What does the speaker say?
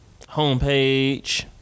Homepage